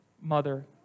mother